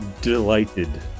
delighted